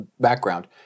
background